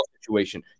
situation